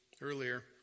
earlier